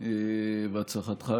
אינה נוכחת.